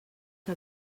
que